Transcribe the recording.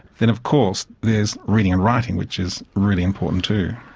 then of course there's reading and writing, which is really important too.